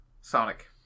sonic